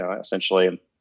essentially